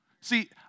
See